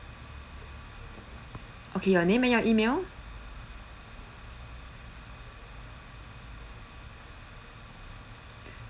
okay your name and your email